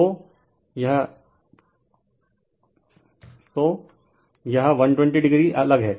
तो यह 120 o अलग है